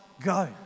go